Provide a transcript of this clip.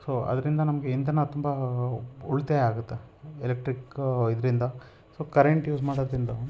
so ಅದರಿಂದ ನಮ್ಗೆ ಇಂಧನ ತುಂಬ ಉಳಿತಾಯ ಆಗುತ್ತೆ ಎಲೆಕ್ಟ್ರಿಕ್ ಇದರಿಂದ ಸ್ವಲ್ಪ ಕರೆಂಟ್ ಯೂಸ್ ಮಾಡೋದ್ರಿಂದ